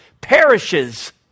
perishes